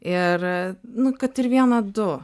ir nu kad ir vieną du